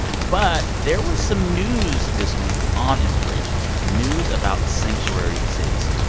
but there were some news this week on immigration, news about sanctuary cities.